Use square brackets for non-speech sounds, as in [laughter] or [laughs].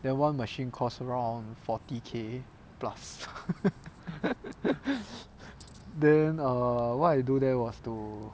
then one machine costs around forty k plus [laughs] then err what I do there was to